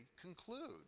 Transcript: conclude